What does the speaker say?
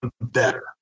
better